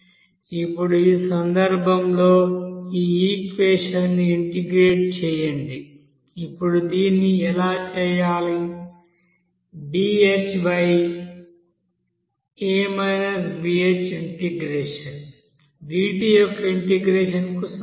ఇప్పుడు ఈ సందర్భంలో ఈఈక్వెషన్ ని ఇంటిగ్రేట్ చేయండి ఇప్పుడు దీన్ని ఎలా చేయాలి dha bhఇంటెగ్రేషన్ dt యొక్క ఇంటెగ్రేషన్ కు సమానం